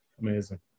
amazing